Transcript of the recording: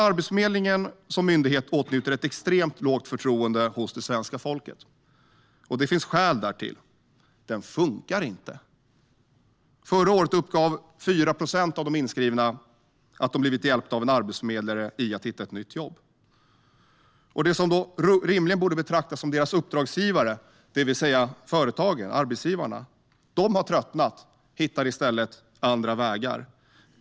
Arbetsförmedlingen som myndighet åtnjuter ett extremt lågt förtroende hos det svenska folket. Det finns skäl därtill: Den funkar inte. Förra året uppgav 4 procent av de inskrivna att de blivit hjälpta av en arbetsförmedlare i att hitta ett nytt jobb. De som rimligen borde betraktas som Arbetsförmedlingens uppdragsgivare, det vill säga företagen, arbetsgivarna, har tröttnat och hittar i stället andra vägar.